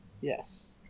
Yes